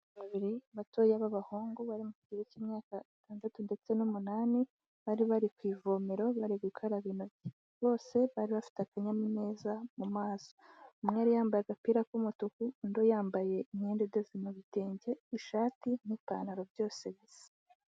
Abana babiri batoya b'abahungu bari mu kigero k'imyaka itandatu ndetse n'umunani, bari bari ku ivomero bari gukaraba intoki, bose bari bafite akanyamuneza mu maso, umwe yari yambaye agapira k'umutuku, undi yambaye imyenda idoze mu bitenge ishati n'ipantaro byose bisa.